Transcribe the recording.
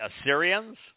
Assyrians